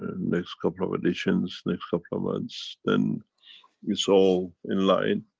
next couple of editions, next couple of months. then it's all in line.